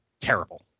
terrible